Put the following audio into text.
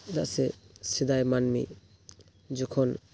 ᱪᱮᱫᱟᱜ ᱥᱮ ᱥᱮᱫᱟᱭ ᱟᱹᱱᱢᱤ ᱡᱚᱠᱷᱚᱱ